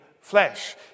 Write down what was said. flesh